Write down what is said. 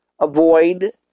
avoid